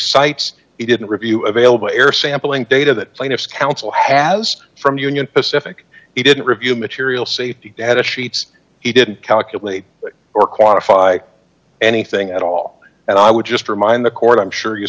cites he didn't review available air sampling data that plaintiff's counsel has from union pacific he didn't review material safety data sheets he didn't calculate or quantify anything at all and i would just remind the court i'm sure you